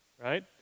right